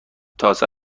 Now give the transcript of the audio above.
تازه